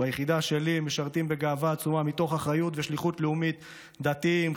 ביחידה שלי משרתים בגאווה עצומה ומתוך אחריות ושליחות לאומית דתיים,